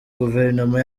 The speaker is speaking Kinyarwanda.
guverinoma